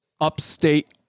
upstate